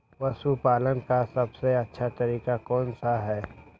पशु पालन का सबसे अच्छा तरीका कौन सा हैँ?